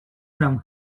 from